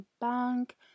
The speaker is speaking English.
bank